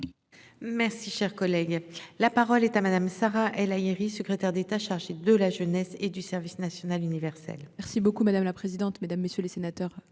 Merci, cher collègue, la parole est à madame Sarah El Haïry, secrétaire d'État chargée de la jeunesse et du service national universel. Merci beaucoup madame la présidente, mesdames, messieurs les sénateurs